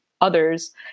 others